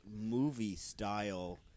movie-style